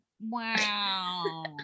wow